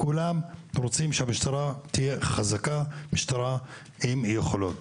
כולם רוצים שהמשטרה תהיה חזקה, משטרה עם יכולות.